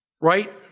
Right